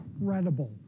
incredible